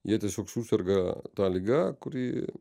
jie tiesiog suserga ta liga kuri